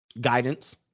guidance